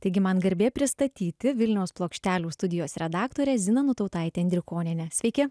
taigi man garbė pristatyti vilniaus plokštelių studijos redaktorė zina nutautaitė indrikonienė sveiki